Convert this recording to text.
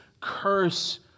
curse